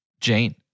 Jane